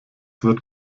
wird